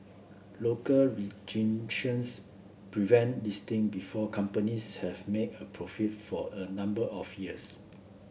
local prevent listing before companies have made a profit for a number of years